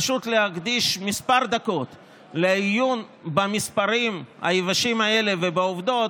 פשוט להקדיש כמה דקות לעיון במספרים היבשים האלה ובעובדות,